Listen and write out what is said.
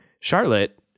Charlotte